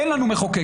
אין לנו מחוקקת.